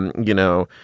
and you know,